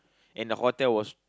and the hotel was